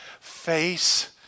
face